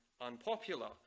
unpopular